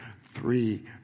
three